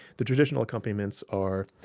the traditional accompaniments are